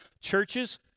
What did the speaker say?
Churches